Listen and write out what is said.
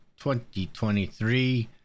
2023